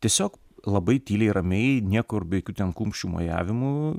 tiesiog labai tyliai ramiai niekur be jokių ten kumščių mojavimų